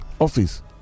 office